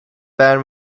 band